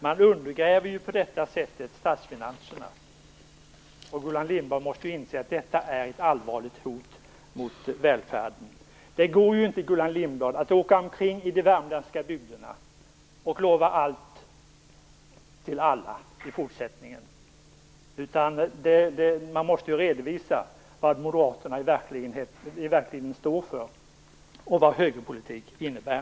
På detta sätt undergrävs ju statsfinanserna. Gullan Lindblad måste inse att detta är ett allvarligt hot mot välfärden. I fortsättningen går det inte, Gullan Lindblad, att åka omkring i de värmländska bygderna och lova alla allt. Man måste alltså redovisa vad Moderaterna i verkligheten står för och vad högerpolitik innebär.